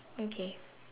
okay